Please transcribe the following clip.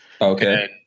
Okay